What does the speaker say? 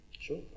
Sure